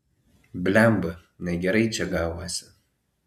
blemba negerai čia gavosi